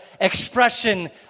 expression